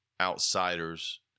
outsiders